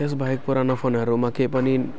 त्यसबाहेक पुराना फोनहरूमा केही पनि